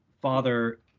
father